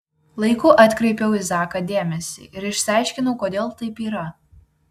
laiku atkreipiau į zaką dėmesį ir išsiaiškinau kodėl taip yra